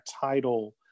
title